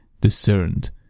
discerned